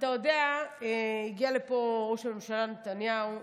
הגיע לפה ראש הממשלה נתניהו,